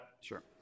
Sure